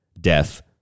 death